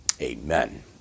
Amen